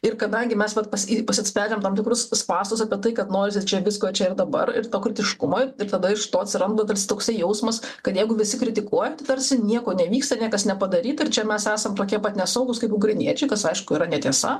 ir kadangi mes vat pas pasispendžiam tam tikrus spąstus apie tai kad norisi čia visko čia ir dabar ir to kritiškumo ir ir tada iš to atsiranda tarsi toksai jausmas kad jeigu visi kritikuoja tai tarsi nieko nevyksta niekas nepadaryta ir čia mes esam tokie pat nesaugūs kaip ukrainiečiai kas aišku yra netiesa